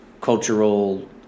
cultural